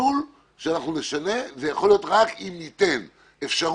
זה יכול להיות רק אם ניתן גמישות,